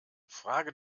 frage